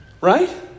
right